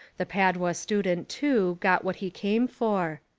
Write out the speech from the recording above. the pad ua student, too, got what he came for.